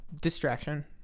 distraction